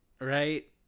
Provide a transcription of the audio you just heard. right